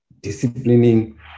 disciplining